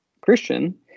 Christian